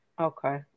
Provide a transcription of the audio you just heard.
Okay